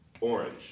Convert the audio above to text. orange